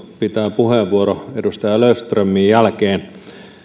pitää puheenvuoro edustaja löfströmin jälkeen